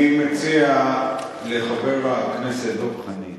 אני מציע לחבר הכנסת דב חנין